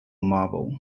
marvel